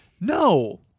no